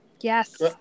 Yes